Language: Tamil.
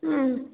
ம்